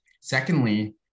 Secondly